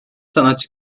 sanatçı